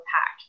pack